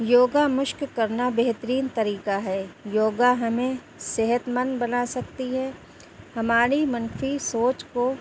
یوگا مشق کرنا بہترین طریقہ ہے یوگا ہمیں صحت مند بنا سکتی ہے ہماری منفی سوچ کو